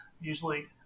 usually